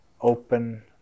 open